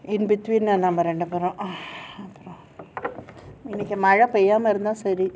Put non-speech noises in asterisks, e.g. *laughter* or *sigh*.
in between ah நாம ரெண்டு பேரும்:naama renduperum *noise* இன்னக்கி மழை பேயாம இருந்ததா சரி:innakki mazhai peyaama irunthaa sari